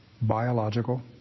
biological